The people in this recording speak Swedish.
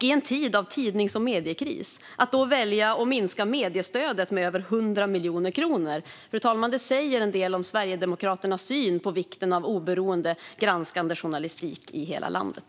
I en tid av tidnings och mediekris väljer de dessutom att minska mediestödet med över 100 miljoner kronor. Kultur, medier, tros-samfund och fritid Fru talman! Detta säger en del om Sverigedemokraternas syn på vikten av oberoende granskande journalistik i hela landet.